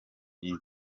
nize